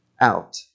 out